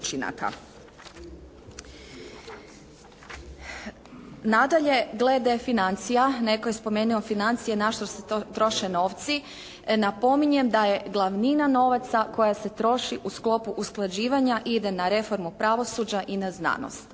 Nadalje, glede financija, netko je spomenuo financije na što se troše novci. Napominjem da je glavnina novaca koja se troši u sklopu usklađivanja ide na reformu pravosuđa i na znanost,